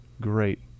great